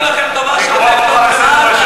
עשינו לכם טובה שהוצאנו אתכם,